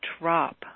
drop